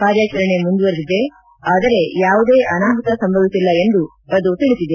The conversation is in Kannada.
ಕಾರ್ಯಾಚರಣೆ ಮುಂದುವರೆದಿದೆ ಆದರೆ ಯಾವುದೇ ಅನಾಹುತ ಸಂಭವಿಸಿಲ್ಲ ಎಂದು ತಿಳಿಸಿದೆ